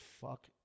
fuck